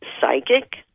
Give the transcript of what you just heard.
psychic